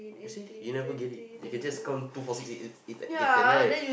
you see you never get it you can just count two four six eight eight ten right